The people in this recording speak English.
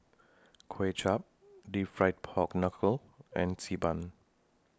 Kway Chap Deep Fried Pork Knuckle and Xi Ban